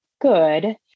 good